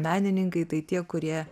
menininkai tai tie kurie